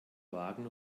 wagen